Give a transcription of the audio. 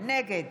נגד